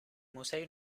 musei